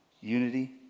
Unity